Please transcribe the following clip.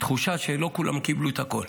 תחושה שלא כולם קיבלו את הכול.